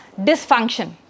dysfunction